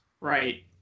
right